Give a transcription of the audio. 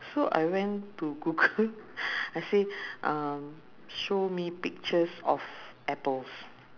so I went to google I say um show me pictures of apples